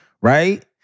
Right